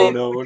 no